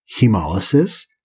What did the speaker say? hemolysis